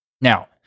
Now